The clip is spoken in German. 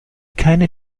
keine